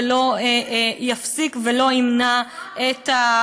ולא יפסיק ולא ימנע את,